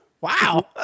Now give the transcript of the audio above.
Wow